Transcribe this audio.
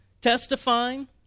testifying